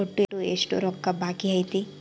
ಒಟ್ಟು ಎಷ್ಟು ರೊಕ್ಕ ಬಾಕಿ ಐತಿ?